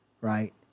right